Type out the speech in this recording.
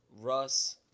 Russ